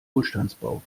wohlstandsbauch